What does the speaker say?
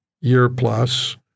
year-plus